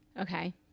Okay